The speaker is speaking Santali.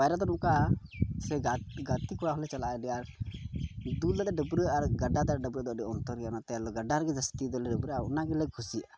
ᱯᱟᱭᱨᱟ ᱫᱚ ᱱᱚᱝᱠᱟ ᱥᱮ ᱜᱟᱛᱮ ᱠᱚᱲᱟ ᱦᱚᱸᱞᱮ ᱪᱟᱞᱟᱜᱼᱟ ᱟᱹᱰᱤ ᱟᱸᱴ ᱫᱩᱞ ᱠᱟᱛᱮᱫ ᱰᱟᱹᱵᱽᱨᱟᱹᱜ ᱟᱨ ᱜᱟᱰᱟᱨᱮ ᱰᱟᱹᱵᱽᱨᱟᱹᱜ ᱫᱚ ᱟᱹᱰᱤ ᱚᱱᱛᱚᱨ ᱜᱮᱭᱟ ᱚᱱᱟᱛᱮ ᱜᱟᱰᱟᱨᱮ ᱡᱟᱹᱥᱛᱤ ᱫᱚᱞᱮ ᱰᱟᱹᱵᱽᱨᱟᱹᱜᱼᱟ ᱚᱱᱟ ᱜᱮᱞᱮ ᱠᱩᱥᱤᱜᱼᱟ